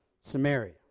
Samaria